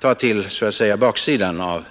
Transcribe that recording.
gå rakt på baksidan.